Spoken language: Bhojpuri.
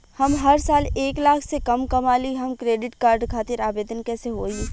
हम हर साल एक लाख से कम कमाली हम क्रेडिट कार्ड खातिर आवेदन कैसे होइ?